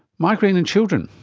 migraine in children,